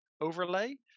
overlay